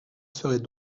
serait